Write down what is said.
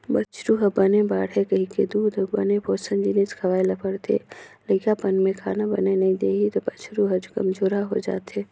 बछरु ह बने बाड़हय कहिके दूद अउ बने पोसन जिनिस खवाए ल परथे, लइकापन में खाना बने नइ देही त बछरू ह कमजोरहा हो जाएथे